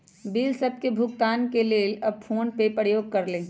bill सभ के भुगतान के लेल हम फोनपे के प्रयोग करइले